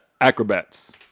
acrobats